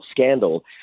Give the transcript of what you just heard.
scandal